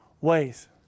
ways